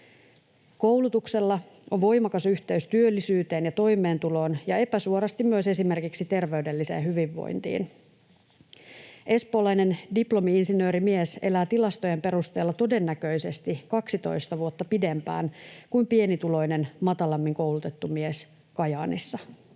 Koulutuksella on voimakas yhteys työllisyyteen ja toimeentuloon ja epäsuorasti myös esimerkiksi terveydelliseen hyvinvointiin. Espoolainen diplomi-insinöörimies elää tilastojen perusteella todennäköisesti 12 vuotta pidempään kuin pienituloinen, matalammin koulutettu mies Kajaanissa.